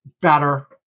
better